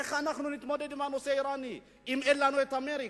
איך אנחנו נתמודד עם הנושא האירני אם אין לנו אמריקה,